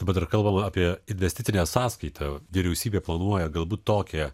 bet dar kalbama apie investicinę sąskaitą vyriausybė planuoja galbūt tokią